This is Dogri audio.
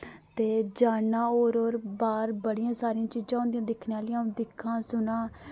ते जानां और और बाह्र बड़ियां सारियां चीजां होंदियां दिक्खने आह्लियां अ'ऊं दिक्खां सुना